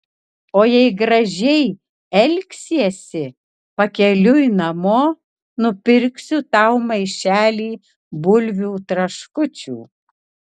o jei gražiai elgsiesi pakeliui namo nupirksiu tau maišelį bulvių traškučių